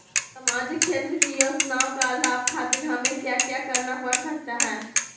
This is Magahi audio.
सामाजिक क्षेत्र की योजनाओं का लाभ खातिर हमें क्या क्या करना पड़ सकता है?